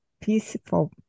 peaceful